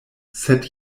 sed